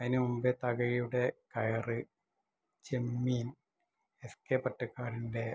അതിന് മുമ്പെ തകഴിയുടെ കയർ ചെമ്മീൻ എസ് കെ പൊറ്റക്കാടിൻ്റെ